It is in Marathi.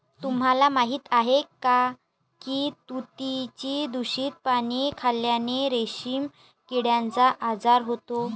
तुम्हाला माहीत आहे का की तुतीची दूषित पाने खाल्ल्याने रेशीम किड्याचा आजार होतो